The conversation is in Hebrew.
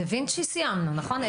דה וינצ'י סיימנו, נכון?